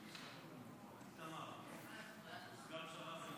קבוצת סיעת יהדות